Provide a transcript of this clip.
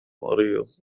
مريض